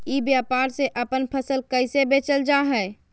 ई व्यापार से अपन फसल कैसे बेचल जा हाय?